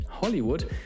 hollywood